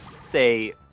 say